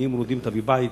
ועניים מרודים תביא בית,